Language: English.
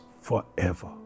forever